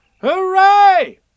Hooray